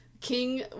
King